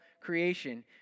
creation